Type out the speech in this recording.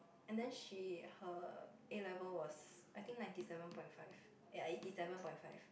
and then she her A-level was I think ninety seven point five eh eighty seven point five